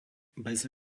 bez